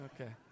Okay